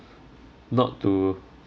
not to